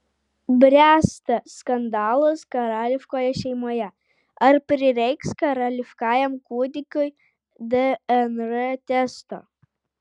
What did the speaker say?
bręsta skandalas karališkoje šeimoje ar prireiks karališkajam kūdikiui dnr testo